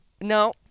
No